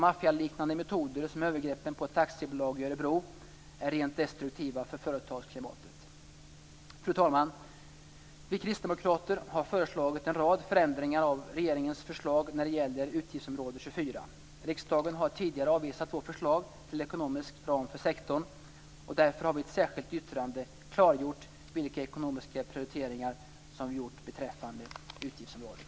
Maffialiknande metoder som övergreppen på ett taxibolag i Örebro är rent destruktiva för företagarklimatet. Fru talman! Vi kristdemokrater har föreslagit en rad förändringar av regeringens förslag när det gäller utgiftsområde 24. Riksdagen har tidigare avvisat vårt förslag till ekonomisk ram för sektorn. Därför har vi i ett särskilt yttrande klargjort vilka ekonomiska prioriteringar som vi gjort beträffande utgiftsområdet.